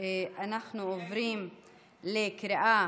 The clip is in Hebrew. אנחנו עוברים לקריאה